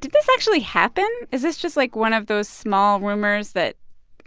did this actually happen? is this just, like, one of those small rumors that